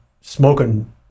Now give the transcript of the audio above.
smoking